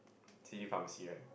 city pharmacy right